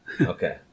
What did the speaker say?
Okay